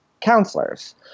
counselors